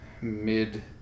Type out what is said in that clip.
mid